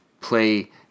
play